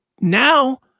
now